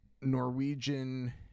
Norwegian